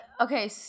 okay